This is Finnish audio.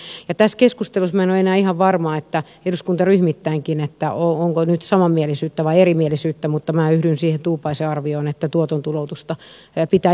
tässä keskustelussa minä en ole enää ihan varma onko eduskuntaryhmittäinkään nyt samanmielisyyttä vai erimielisyyttä mutta minä yhdyn siihen tuupaisen arvioon että tuoton tuloutusta pitää jatkossakin rajata